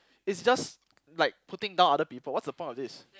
it's just like putting down other people what's the point of this